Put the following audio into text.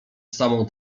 samą